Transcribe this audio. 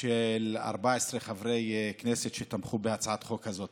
של 14 חברי כנסת שתמכו בהצעת החוק הזאת.